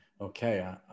Okay